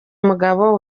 umugabo